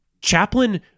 Chaplin